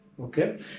Okay